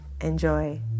Enjoy